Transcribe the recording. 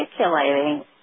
articulating